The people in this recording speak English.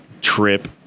trip